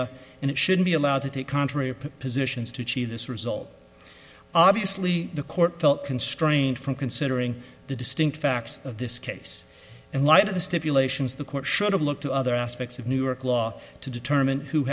a and it should be allowed to take contrary positions to achieve this result obviously the court felt constrained from considering the distinct facts of this case and light of the stipulations the court should look to other aspects of new york law to determine who